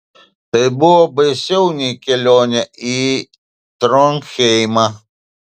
tai buvo baisiau nei kelionė į tronheimą